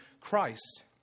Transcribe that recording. Christ